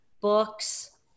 books